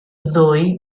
ddwy